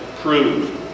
prove